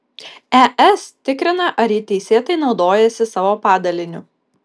es tikrina ar ji teisėtai naudojosi savo padaliniu